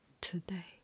today